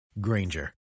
Granger